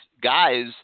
guys